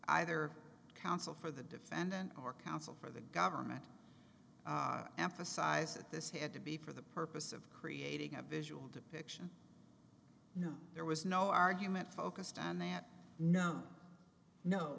either counsel for the defendant or counsel for the government emphasize that this had to be for the purpose of creating a visual depiction no there was no argument focused on that no no